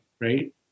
right